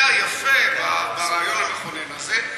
זה היפה ברעיון המכונן הזה.